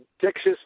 Texas